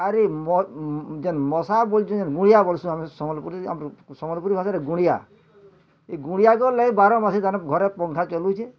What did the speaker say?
ଆର୍ ଜେନ୍ ମସା ବୋଲଛେଁ ଗୁଳିଆ ବୋଲଛୁଁ ଆମେ ସମ୍ବଲପୁରୀ ରେ ସମ୍ବଲପୁରୀ ଭାଷାରେ ଗୁଳିଆ ଏଇ ଗୁଳିଆ ବାର ମାସି ଘରେ ପଙ୍ଖା ଚାଲୁଛିଁ